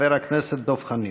חבר הכנסת דב חנין.